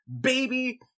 baby